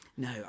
No